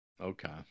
Okay